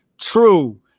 true